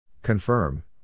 Confirm